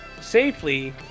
safely